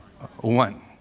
One